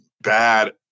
bad